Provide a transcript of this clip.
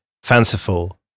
fanciful